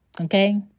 okay